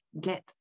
get